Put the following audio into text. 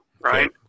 right